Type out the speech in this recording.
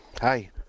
Hi